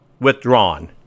withdrawn